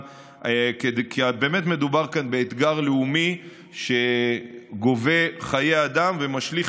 כי באמת מדובר כאן באתגר לאומי שגובה חיי אדם ומשליך